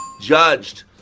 Judged